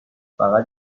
فقط